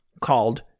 called